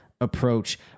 Approach